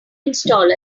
install